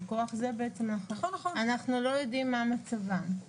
מכוח זה אנחנו לא יודעים מה מצבם.